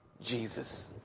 Jesus